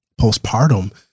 postpartum